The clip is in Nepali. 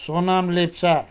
सोनाम लेप्चा